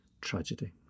tragedy